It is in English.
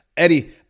Eddie